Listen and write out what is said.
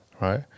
right